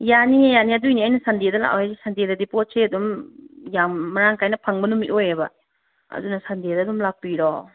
ꯌꯥꯅꯤꯑꯦ ꯌꯥꯅꯤ ꯑꯗꯨꯒꯤꯅꯦ ꯑꯩꯅ ꯁꯟꯗꯦꯗ ꯂꯥꯛꯑꯣ ꯍꯥꯏꯔꯤꯁꯦ ꯁꯟꯗꯦꯗꯗꯤ ꯄꯣꯠꯁꯦ ꯑꯗꯨꯝ ꯌꯥꯝ ꯃꯔꯥꯡ ꯀꯥꯏꯅ ꯐꯪꯕ ꯅꯨꯃꯤꯠ ꯑꯣꯏꯑꯦꯕ ꯑꯗꯨꯅ ꯁꯟꯗꯦꯗ ꯑꯗꯨꯝ ꯂꯥꯛꯄꯤꯔꯣ